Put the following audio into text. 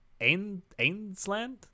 Ainsland